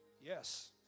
Yes